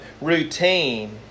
routine